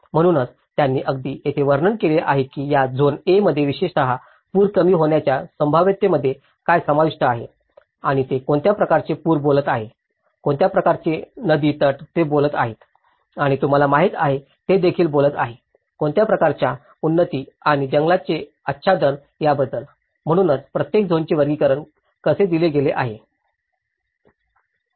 म्हणूनच त्यांनी अगदी येथे वर्णन केले आहे की या झोन A मध्ये विशेषतः पूर कमी होण्याच्या संभाव्यतेमध्ये काय समाविष्ट आहे आणि ते कोणत्या प्रकारचे पूर बोलत आहेत कोणत्या प्रकारचे नदी तट ते बोलत आहेत आणि तुम्हाला माहिती आहे हे देखील बोलत आहे कोणत्या प्रकारच्या उन्नती आणि जंगलाचे आच्छादन याबद्दल म्हणूनच प्रत्येक झोनचे वर्णन कसे दिले गेले आहे